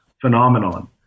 phenomenon